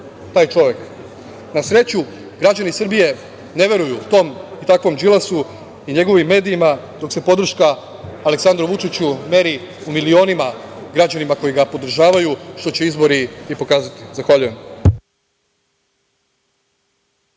taj čovek. Na sreću, građani Srbije ne veruju tom i takvom Đilasu i njegovim medijima dok se podrška Aleksandru Vučiću meri u milionima građana koji ga podržavaju, što će izbori pokazati. Zahvaljujem.